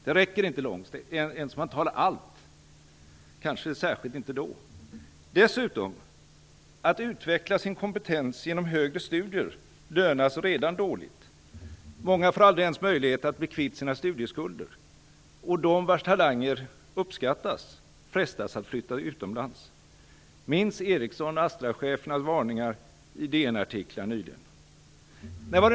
Det räcker inte långt, inte ens om man tar allt, och kanske särskilt inte då. Att utveckla sin kompetens genom högre studier lönar sig redan nu dåligt. Många får aldrig ens möjlighet att bli kvitt sina studieskulder. De vars talanger uppskattas frestas att flytta utomlands. Minns Ericsson och Astrachefernas varningar i DN-artiklar nyligen!